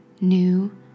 new